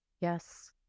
Yes